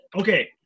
Okay